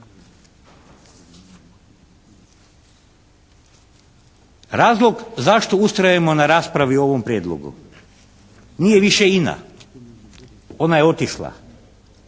Razlog zašto ustrajemo na raspravi u ovom prijedlogu nije više INA. Ona je otišla.